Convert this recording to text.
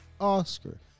Oscar